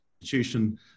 institution